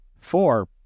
Four